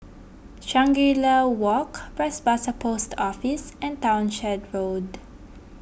Shangri La Walk Bras Basah Post Office and Townshend Road